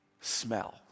smell